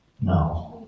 no